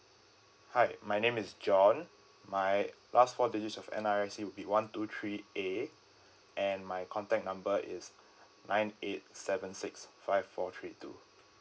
hi my name is john my last four digit of N_R_I_C would be one two three eight and my contact number is nine eight seven six five four three two